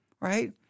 Right